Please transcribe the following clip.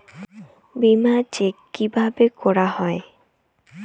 বিমা চেক কিভাবে করা হয়?